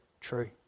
true